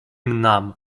nam